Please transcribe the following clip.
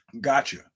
Gotcha